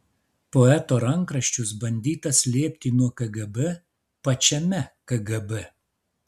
poeto rankraščius bandyta slėpti nuo kgb pačiame kgb